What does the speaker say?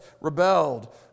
rebelled